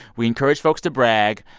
we encourage folks to brag.